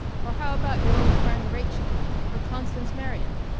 or how about your old friend rachael or constance merriam?